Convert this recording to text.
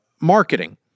marketing